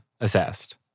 assessed